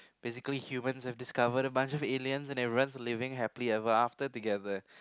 basically humans have discovered a bunch of aliens and everyone is living happily ever after together